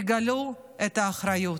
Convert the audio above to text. תגלו את האחריות,